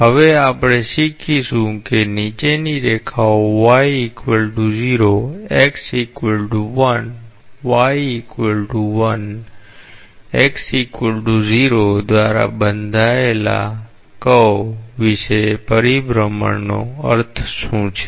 હવે આપણે શીખીશું કે નીચેની રેખાઓ y 0 x1 y1 x0 દ્વારા બંધાયેલ વક્ર વિશે પરિભ્રમણ નો અર્થ શું છે